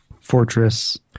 fortress